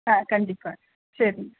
ஆ கண்டிப்பாக சரிங்க